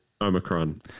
Omicron